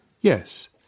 Yes